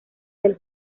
del